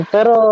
Pero